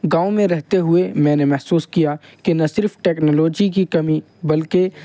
گاؤں میں رہتے ہوئے میں نے محسوس کیا کہ نہ صرف ٹیکنالوجی کی کمی بلکہ